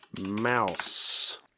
Mouse